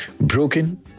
Broken